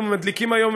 אנחנו מדליקים היום,